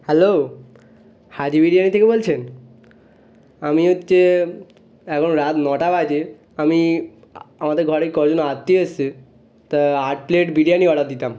hello Haji Biryani থেকে বলছেন আমি হচ্ছে এখন রাত নটা বাজে আমি আমাদের ঘরে কয়েকজন আত্মীয় এসেছে তা আট প্লেট বিরিয়ানি অর্ডার দিতাম